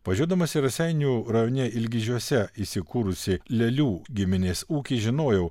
važiuodamas į raseinių rajone ilgižiuose įsikūrusį lialių giminės ūkį žinojau